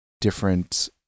different